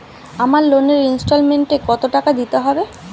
আমার লোনের ইনস্টলমেন্টৈ কত টাকা দিতে হবে?